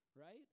right